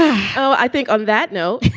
ah oh, i think on that note,